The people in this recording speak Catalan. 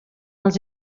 els